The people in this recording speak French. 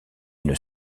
une